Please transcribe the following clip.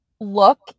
look